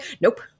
Nope